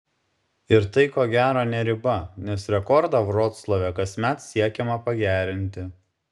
ir tai ko gero ne riba nes rekordą vroclave kasmet siekiama pagerinti